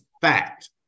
fact